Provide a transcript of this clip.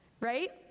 right